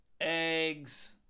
eggs